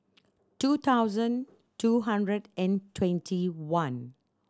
two thousand two hundred and twenty one